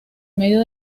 medio